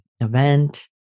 event